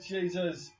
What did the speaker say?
Jesus